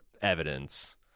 evidence